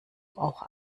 auch